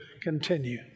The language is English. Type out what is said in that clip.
continue